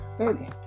Okay